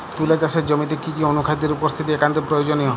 তুলা চাষের জমিতে কি কি অনুখাদ্যের উপস্থিতি একান্ত প্রয়োজনীয়?